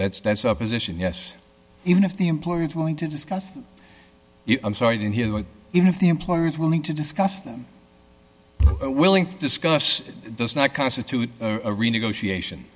that's that's our position yes even if the employer is willing to discuss i'm sorry to hear even if the employer is willing to discuss them willing to discuss it does not constitute a renegotiation